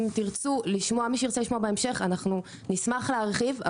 אם תרצו לשמוע נשמח להרחיב,